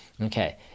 Okay